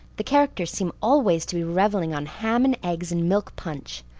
the characters seem always to be reveling on ham and eggs and milk punch.